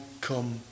come